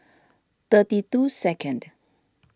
thirty two second